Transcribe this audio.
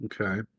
Okay